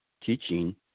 teaching